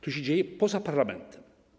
To się dzieje poza parlamentem.